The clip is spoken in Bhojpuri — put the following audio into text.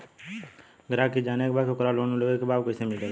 ग्राहक के ई जाने के बा की ओकरा के लोन लेवे के बा ऊ कैसे मिलेला?